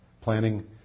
planning